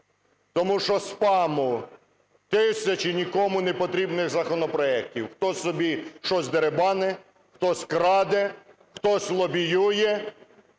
Тому що спаму, тисячі нікому не потрібних законопроектів. Хтось собі щось дерибанить, хтось краде, хтось лобіює